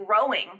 growing